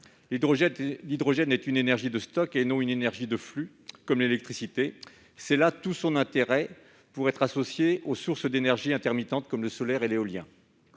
L'hydrogène est une énergie de stock et non une énergie de flux, comme l'électricité. C'est là tout son intérêt : elle peut être associée à des énergies intermittentes, comme le solaire et l'éolien.